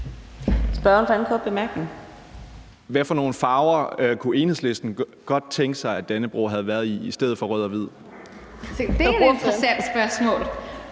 nogle farver kunne Enhedslisten godt tænke sig Dannebrog havde været i stedet for rød og hvid? Kl. 10:46 Fjerde næstformand